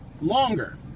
longer